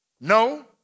No